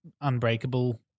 Unbreakable